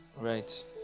Right